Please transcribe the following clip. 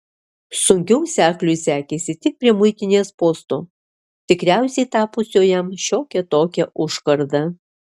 sunkiau sekliui sekėsi tik prie muitinės posto tikriausiai tapusio jam šiokia tokia užkarda